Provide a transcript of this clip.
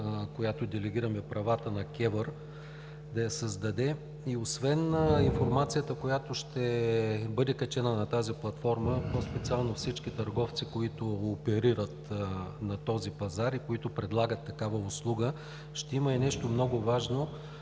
която делегираме правата на КЕВР да я създаде. Освен информацията, която ще бъде качена на тази платформа, по-специално всички търговци, които оперират на този пазар и предлагат такава услуга, ще има и нещо много важно,